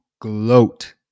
gloat